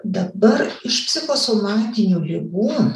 dabar iš psichosomatinių ligų